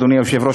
אדוני היושב-ראש,